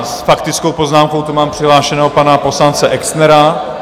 S faktickou poznámkou tu mám přihlášeného pana poslance Exnera.